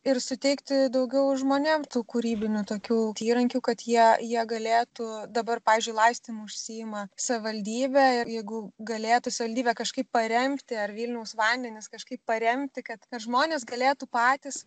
ir suteikti daugiau žmonėm tų kūrybinių tokių įrankių kad jie jie galėtų dabar pavyzdžiui laistymu užsiima savivaldybė jeigu galėtų savivaldybė kažkaip paremti ar vilniaus vandenis kažkaip paremti kad kad žmonės galėtų patys